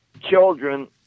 children